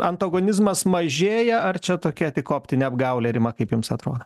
antagonizmas mažėja ar čia tokia tik optinė apgaulė rima kaip jums atrodo